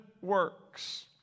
works